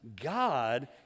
God